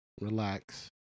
Relax